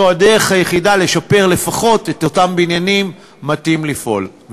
זו הדרך היחידה לשפר לפחות את אותם בניינים מטים ליפול,